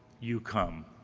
you come.